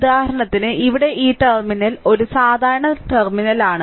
ഉദാഹരണത്തിന് ഇവിടെ ഈ ടെർമിനൽ ഒരു സാധാരണ ടെർമിനലാണ്